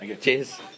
Cheers